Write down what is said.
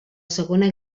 segona